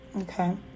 Okay